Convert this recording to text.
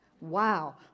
Wow